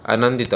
ଆନନ୍ଦିତ